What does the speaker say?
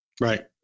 right